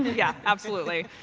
yeah, absolutely.